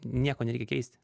nieko nereikia keisti